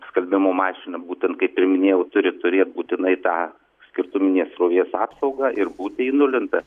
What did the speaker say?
skalbimo mašina būtent kaip ir minėjau turi turėt būtinai tą skirtuminės srovės apsaugą ir būti įnulinta